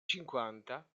cinquanta